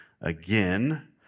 again